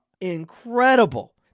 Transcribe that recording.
incredible